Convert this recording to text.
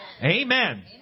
Amen